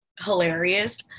hilarious